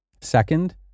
Second